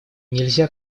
нельзя